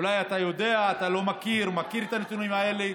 אולי אתה יודע או אתה לא מכיר או מכיר את הנתונים האלה.